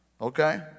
Okay